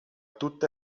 tutte